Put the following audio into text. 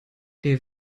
der